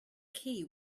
key